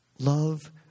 Love